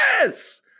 Yes